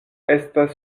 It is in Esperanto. estas